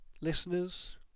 listeners